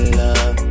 love